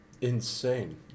Insane